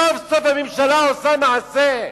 סוף-סוף הממשלה עושה מעשה,